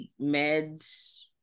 meds